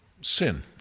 sin